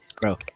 bro